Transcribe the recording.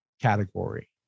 category